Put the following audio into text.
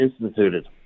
instituted